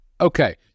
Okay